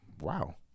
Wow